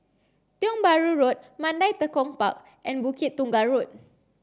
Tiong Bahru Road Mandai Tekong Park and Bukit Tunggal Road